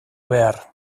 behar